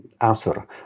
answer